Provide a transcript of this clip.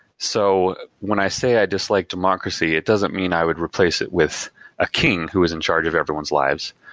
so when i say i dislike democracy, it doesn't mean i would replace it with a king who is in charge of everyone's lives.